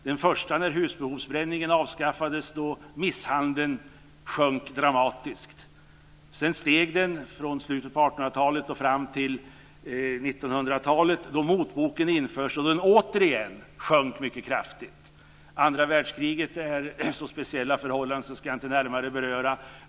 Den första inträffade när husbehovsbränningen avskaffades då antalet misshandelsfall minskade dramatiskt. Sedan ökade de från slutet av 1800-talet och fram till 1900-talet då motboken infördes och då antalet återigen minskade kraftigt. Under andra världskriget rådde så speciella förhållanden, och jag ska därför inte beröra det.